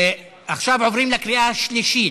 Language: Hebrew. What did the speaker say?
עכשיו עוברים לקריאה השלישית.